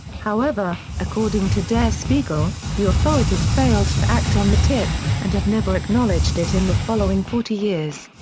however, according to der spiegel, the authorities failed to act on the tip, and have never acknowledged it in the following forty years.